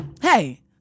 hey